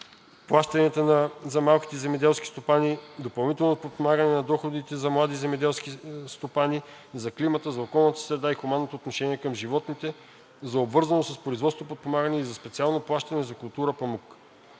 плащания за малки земеделски стопани, допълнително подпомагане на доходите за млади земеделски стопани, за климата, околната среда и хуманно отношения към животните, за обвързано с производството подпомагане и за специално плащане за култура памук.